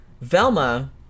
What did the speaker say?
Velma